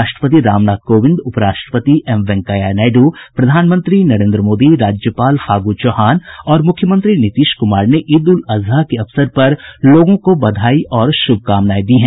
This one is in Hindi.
राष्ट्रपति रामनाथ कोविंद उप राष्ट्रपति एम वेंकैया नायडू प्रधानमंत्री नरेन्द्र मोदी राज्यपाल फागू चौहान और मुख्यमंत्री नीतीश कुमार ने ईद उल अजहा के अवसर पर लोगों को बधाई और शुभकामनायें दी हैं